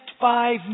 five